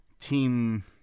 team